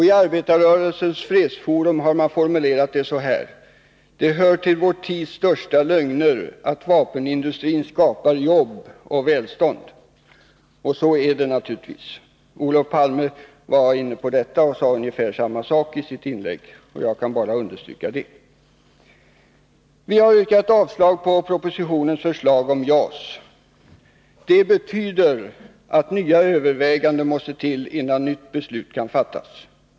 I Arbetarrörelsens Fredsforum har man formulerat det så här: ”Det hör till vår tids största lögner att vapenindustrin skapar jobb och välstånd.” Så är det naturligtvis. Olof Palme sade ungefär samma sak i sitt inlägg, och jag kan bara understryka det. Vi har yrkat avslag på propositionens förslag om JAS. Det betyder att nya överväganden måste till, innan nytt beslut kan fattas.